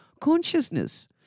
consciousness